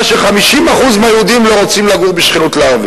ש-50% מהיהודים לא רוצים לגור בשכנות לערבי.